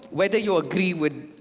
whether you agree with,